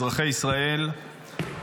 אזרחי ישראל,